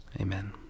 Amen